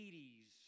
80s